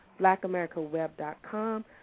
BlackAmericaWeb.com